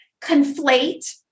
Conflate